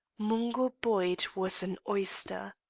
mungo boyd was an oyster.